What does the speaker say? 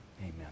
amen